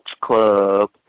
club